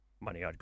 money